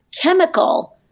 chemical